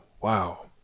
Wow